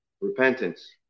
repentance